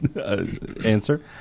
answer